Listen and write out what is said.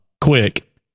quick